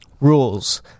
rules